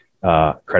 credit